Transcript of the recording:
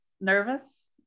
nervous